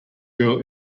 girl